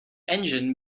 engine